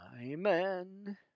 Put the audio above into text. Amen